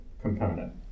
component